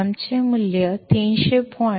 ನಮ್ಮ ಮೌಲ್ಯ 300